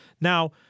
Now